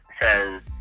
says